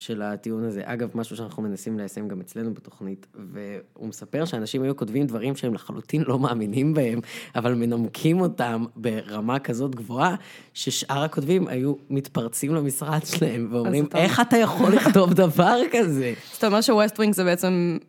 של הטיעון הזה, אגב, משהו שאנחנו מנסים ליישם גם אצלנו בתוכנית, והוא מספר שאנשים היו כותבים דברים שהם לחלוטין לא מאמינים בהם, אבל מנמקים אותם ברמה כזאת גבוהה, ששאר הכותבים היו מתפרצים למשרד שלהם, ואומרים, איך אתה יכול לכתוב דבר כזה? אתה אומר שווייסטרינג זה בעצם...